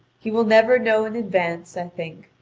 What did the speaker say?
he will never know in advance, i think,